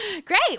Great